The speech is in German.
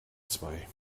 zwei